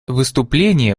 выступления